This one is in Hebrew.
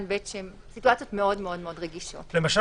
(ב) שהן סיטואציות מאוד רגישות --- למשל,